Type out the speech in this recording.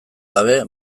gabe